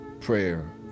prayer